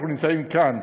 אנחנו נמצאים כאן,